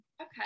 Okay